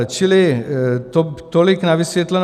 Čili tolik na vysvětlenou.